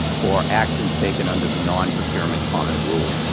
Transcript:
or actions taken under the non-procurement common rule.